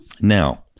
now